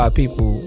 people